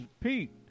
Pete